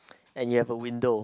and you have a window